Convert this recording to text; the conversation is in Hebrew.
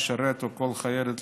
לכל חיילת,